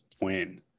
Win